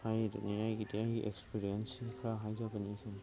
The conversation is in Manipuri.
ꯍꯥꯏꯔꯤꯗꯨꯅꯤ ꯑꯩꯒꯤꯗ ꯑꯩꯒꯤ ꯑꯦꯛꯁꯄꯤꯔꯤꯌꯦꯟꯁ ꯈꯔ ꯍꯥꯏꯖꯕꯅꯤ